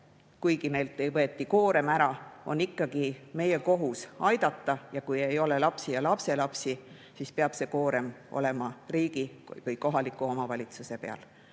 kuigi meilt võeti koorem ära, kohus on ikkagi aidata. Kui ei ole lapsi ja lapselapsi, siis peab see koorem olema riigi või kohaliku omavalitsuse peal.